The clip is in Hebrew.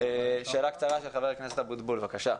שאלה קצרה לחבר הכנסת אבוטבול, בבקשה.